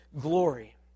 glory